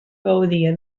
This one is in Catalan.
gaudia